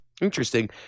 Interesting